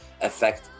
affect